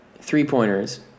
three-pointers